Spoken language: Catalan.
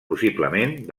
possiblement